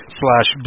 slash